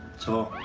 to